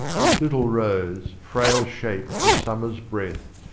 this little rose, frail shape of summer's breath.